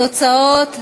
התוצאות הן: